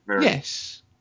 Yes